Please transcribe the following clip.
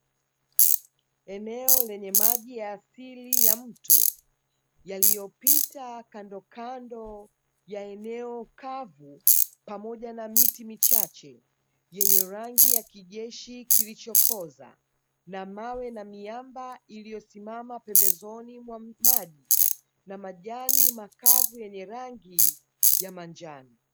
Eneo lenye maji ya asili ya mto, yaliyopita kandokando ya eneo kavu, pamoja na miti michache yenye rangi ya kijeshi kilichokoza, na mawe na miamba iliyosimama pembezoni mwa maji, na majani makavu yenye rangi ya manjano.